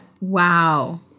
Wow